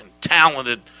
talented